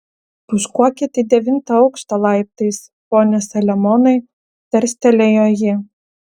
pūškuokit į devintą aukštą laiptais pone saliamonai tarstelėjo ji